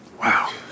Wow